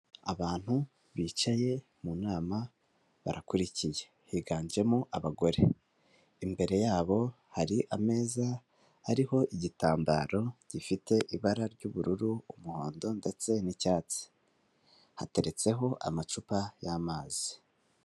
Abantu bicaye mu nama barakurikiye, higanjemo abagore, imbere yabo hari ameza ariho igitambaro gifite ibara ry'ubururu, umuhondo ndetse n'icyatsi, hateretseho amacupa y'amazi.